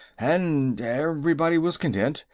and everybody was content.